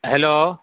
hello